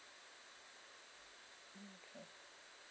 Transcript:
mmhmm okay